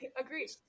Agreed